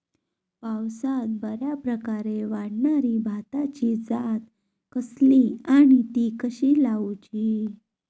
पावसात बऱ्याप्रकारे वाढणारी भाताची जात कसली आणि ती कशी लाऊची?